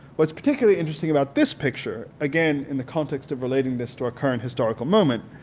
what's particularly interesting about this picture, again in the context of relating this to our current historical moment,